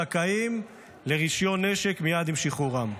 זכאים לרישיון מייד עם שחרורם.